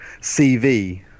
CV